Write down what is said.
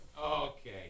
Okay